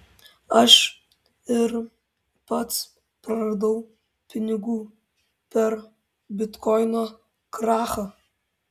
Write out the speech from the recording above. aš ir pats praradau pinigų per bitkoino krachą